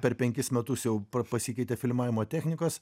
per penkis metus jau pasikeitė filmavimo technikos